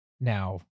Now